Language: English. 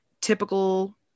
typical